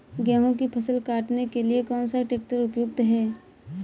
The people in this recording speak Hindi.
गेहूँ की फसल काटने के लिए कौन सा ट्रैक्टर उपयुक्त है?